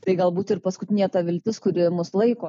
tai galbūt ir paskutinė ta viltis kuri mus laiko